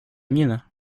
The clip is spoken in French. mienne